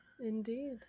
Indeed